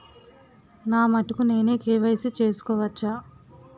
నా మటుకు నేనే కే.వై.సీ చేసుకోవచ్చా?